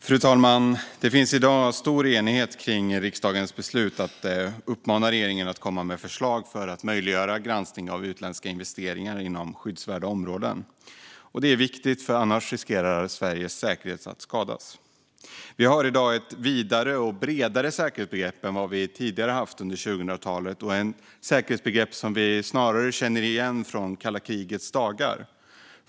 Fru talman! Det finns i dag stor enighet kring riksdagens beslut att uppmana regeringen att komma med förslag för att möjliggöra granskning av utländska investeringar inom skyddsvärda områden. Det är viktigt, för annars riskerar Sveriges säkerhet att skadas. Vi har i dag ett större och bredare säkerhetsbegrepp än vi haft tidigare under 2000-talet, ett säkerhetsbegrepp som vi snarare känner igen från kalla krigets dagar.